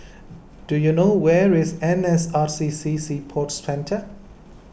do you know where is N S R C C Sea Sports Centre